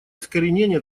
искоренения